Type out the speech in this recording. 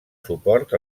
suport